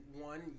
one